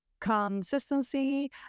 consistency